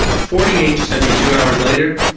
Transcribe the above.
forty eight to seventy two hours later,